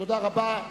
תודה רבה.